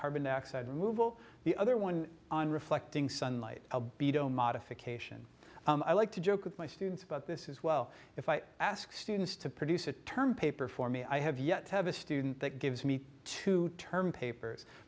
carbon dioxide removal the other one on reflecting sunlight modification i like to joke with my students about this is well if i ask students to produce a term paper for me i have yet to have a student that gives me two term papers